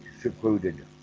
secluded